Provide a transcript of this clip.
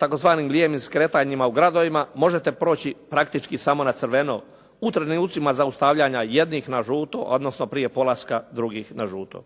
razumije./… skretanjima u gradovima možete proći praktički samo na crveno, u trenucima zaustavljanja jednih na žuto, odnosno prije polaska drugih na žuto.